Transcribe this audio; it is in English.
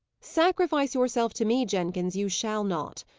sacrifice yourself to me, jenkins, you shall not.